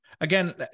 again